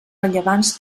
rellevants